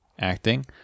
acting